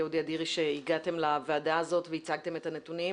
אודי אדירי על שהגעתם לוועדה הזאת והצגתם את הנתונים.